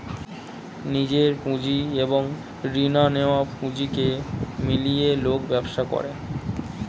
নিজের পুঁজি এবং রিনা নেয়া পুঁজিকে মিলিয়ে লোক ব্যবসা করে